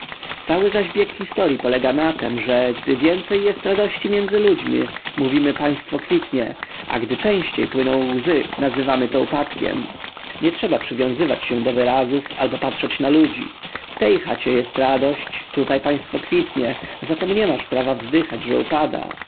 cały zaś bieg historji polega na tem że gdy więcej jest radości między ludźmi mówimy państwo kwitnie a gdy częściej płyną łzy nazywamy to upadkiem nie trzeba przywiązywać się do wyrazów ale patrzeć na ludzi w tej chacie jest radość tutaj państwo kwitnie zatem nie masz prawa wzdychać że upada